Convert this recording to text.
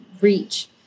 reach